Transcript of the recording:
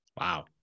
Wow